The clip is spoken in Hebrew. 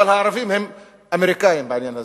אבל הערבים הם אמריקנים בעניין הזה,